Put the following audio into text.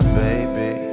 baby